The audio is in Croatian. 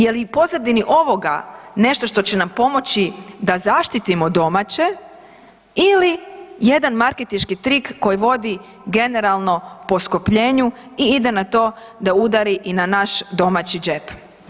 Je li u pozadini ovoga nešto što će nam pomoći da zaštitimo domaće ili jedan marketinški trik koji vodi generalno poskupljenju i ide na to da udari i na naš domaći džep.